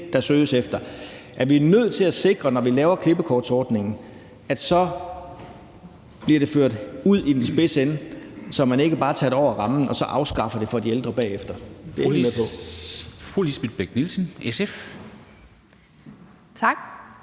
der spørges efter. Vi er nødt til at sikre, når vi laver klippekortordningen, at det bliver ført ud i den spidse ende, så man ikke bare tager det over rammen og afskaffer det for de ældre bagefter.